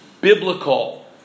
biblical